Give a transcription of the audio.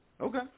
Okay